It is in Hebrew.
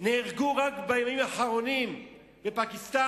נהרגו רק בימים האחרונים באפגניסטן?